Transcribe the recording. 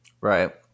Right